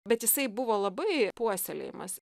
bet jisai buvo labai puoselėjamas